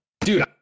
dude